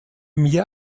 mir